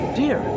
dear